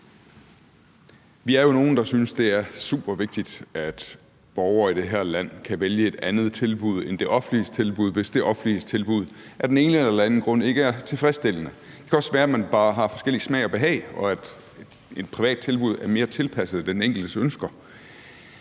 Vi er jo nogle, der synes, det er supervigtigt, at borgere i det her land kan vælge et andet tilbud end det offentliges tilbud, hvis det offentliges tilbud af den ene eller den anden grund ikke er tilfredsstillende. Det kan også være, at man bare har forskellig smag og behag, og at et privat tilbud er mere tilpasset den enkeltes ønsker.